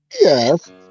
Yes